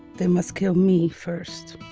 they must kill me first.